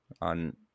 on